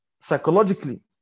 psychologically